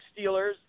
Steelers